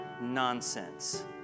nonsense